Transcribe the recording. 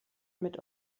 mit